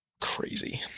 crazy